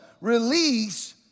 release